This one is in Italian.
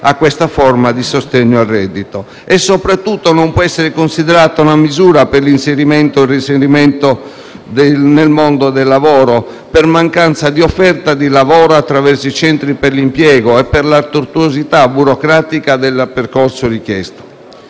questa forma di sostegno al reddito. Soprattutto non può essere considerata una misura per l'inserimento e il reinserimento nel mondo del lavoro per mancanza di offerta di lavoro attraverso i centri per l'impiego e per la tortuosità burocratica del percorso richiesto.